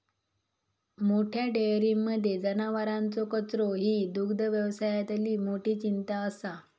मोठ्या डेयरींमध्ये जनावरांचो कचरो ही दुग्धव्यवसायातली मोठी चिंता असा